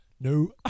No